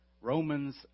Romans